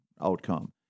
outcome